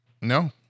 No